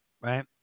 Right